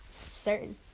Certain